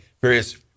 various